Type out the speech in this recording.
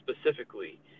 specifically